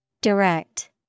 Direct